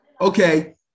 Okay